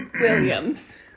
Williams